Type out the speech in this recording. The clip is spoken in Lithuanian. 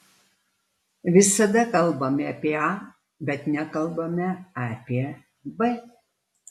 visada kalbame apie a bet nekalbame apie b